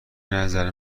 نظر